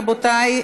רבותי,